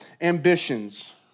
ambitions